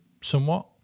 somewhat